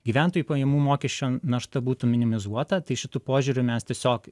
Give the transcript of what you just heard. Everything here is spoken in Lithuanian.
gyventojų pajamų mokesčio našta būtų minimizuota tai šitu požiūriu mes tiesiog